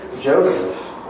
Joseph